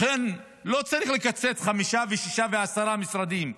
לכן, לא צריך לקצץ חמישה, שישה ועשרה משרדים.